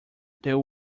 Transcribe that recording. there